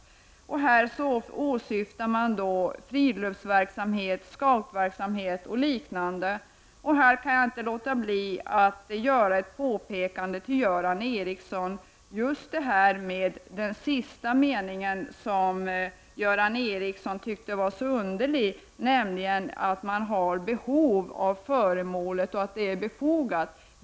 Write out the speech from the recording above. Då åsyftar man friluftsverksamhet, scoutverksamhet och liknande. Här kan jag inte låta bli att göra ett påpekande för Göran Ericsson som gäller just den sistnämnda meningen, som Göran Ericsson tyckte var underlig, nämligen att innehavarens behov av föremålet skall vara befogat.